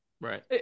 right